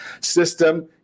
system